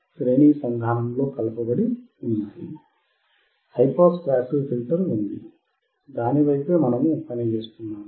high pass passive filter ఉంది దాని పైనే మనము పని చేస్తున్నాము